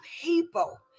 people